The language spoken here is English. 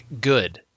good